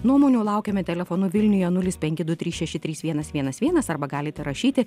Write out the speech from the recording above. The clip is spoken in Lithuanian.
nuomonių laukiame telefonu vilniuje nulis penki du trys šeši trys vienas vienas vienas arba galite rašyti